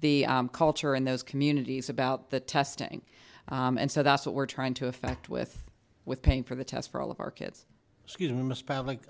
the culture in those communities about the testing and so that's what we're trying to effect with with paying for the test for all of our kids skewness pavlik